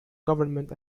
government